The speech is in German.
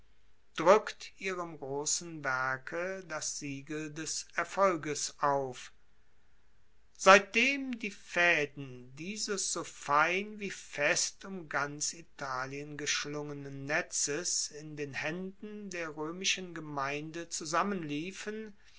drueckte ihrem grossen werke das siegel des erfolges auf seitdem die faeden dieses so fein wie fest um ganz italien geschlungenen netzes in den haenden der roemischen gemeinde